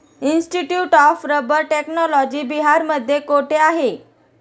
Institute of rubber technology बिहारमध्ये कोठे आहे?